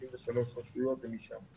93 רשויות הן משם.